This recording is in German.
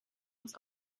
uns